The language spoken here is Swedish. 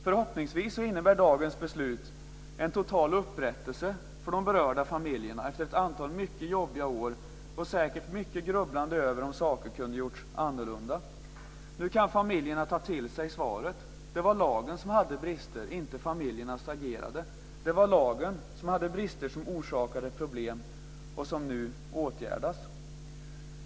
Förhoppningsvis innebär dagens beslut en total upprättelse för de berörda familjerna efter ett antal mycket jobbiga år och säkert mycket grubblande över om saker kunde ha gjorts annorlunda. Nu kan familjerna ta till sig svaret. Det var lagen som hade brister, inte familjernas agerande. Det var lagen som hade brister som orsakade problem och som nu åtgärdas.